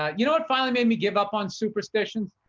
you know what finally made me give up on superstitions?